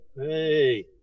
Hey